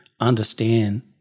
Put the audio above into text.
understand